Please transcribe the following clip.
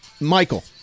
Michael